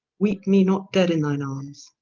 weepe me not dead, in thine armes,